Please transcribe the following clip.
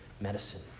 medicine